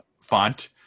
font